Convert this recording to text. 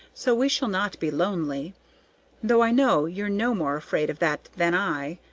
so we shall not be lonely though i know you're no more afraid of that than i.